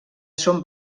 són